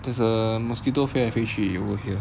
there's a mosquito 飞来飞去 you will hear